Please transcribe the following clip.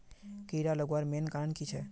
कीड़ा लगवार मेन कारण की छे?